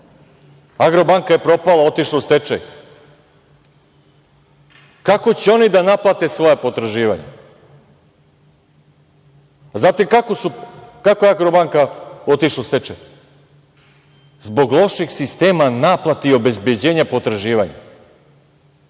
„Agrobanka“ je propala, otišla u stečaj. Kako će oni da naplate svoja potraživanja? Znate kako je „Agrobanka“ otišla u stečaj? Zbog loših sistema naplate i obezbeđenja potraživanja.